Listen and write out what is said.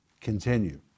Continue